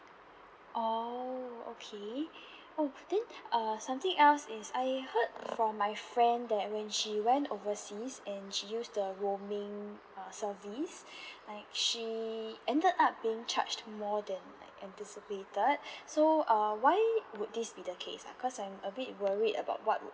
orh okay oh then uh something else is I heard from my friend that when she went overseas and she used the roaming uh service like she ended up being charged more than like anticipated so uh why would this be the case ah because I am a bit worried about what would